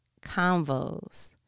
convos